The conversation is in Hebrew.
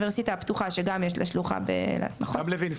אנחנו פותחים דיון על המלגה של הפריפריה אבל יש פה גם הרבה מעבר.